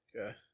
Okay